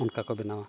ᱚᱱᱠᱟ ᱠᱚ ᱵᱮᱱᱟᱣᱟ